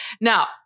now